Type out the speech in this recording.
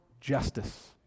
justice